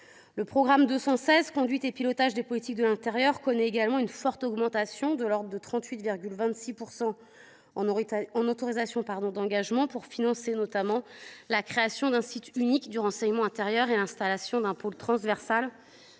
Le programme 216 « Conduite et pilotage des politiques de l’intérieur » connaît également une forte augmentation de ses crédits – +38,26 % en autorisations d’engagement –, destinée à financer notamment la création d’un site unique du renseignement intérieur et l’installation d’un pôle transversal